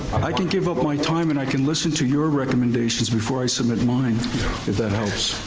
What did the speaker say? i can give up my time and i can listen to your recommendations before i submit mine if that helps.